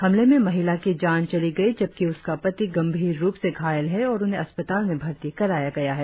हमले में महिला की जान चली गई जबकि उसका पति गंभीर रुप से घायल है और उन्हें अस्पताल में भर्ती कराया गया है